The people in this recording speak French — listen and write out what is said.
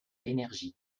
l’énergie